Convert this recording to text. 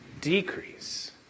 decrease